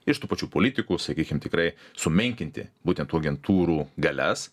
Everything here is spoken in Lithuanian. iš tų pačių politikų sakykim tikrai sumenkinti būtent tų agentūrų galias